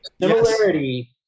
Similarity